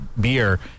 beer